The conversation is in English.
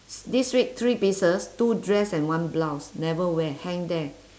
this week three pieces two dress and one blouse never wear hang there